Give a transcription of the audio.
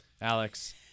Alex